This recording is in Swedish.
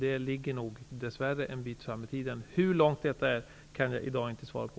Det ligger nog dess värre ett stycke framåt i tiden. Hur långt kan jag inte i dag svara på.